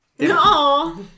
No